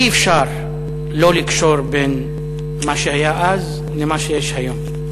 אי-אפשר לא לקשור בין מה שהיה אז למה שיש היום.